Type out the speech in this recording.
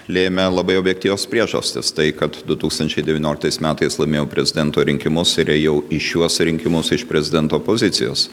lėmė labai objektyvios priežastys tai kad du tūkstančiai devynioliktais metais laimėjau prezidento rinkimus ir ėjau į šiuos rinkimus iš prezidento pozicijos